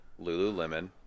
Lululemon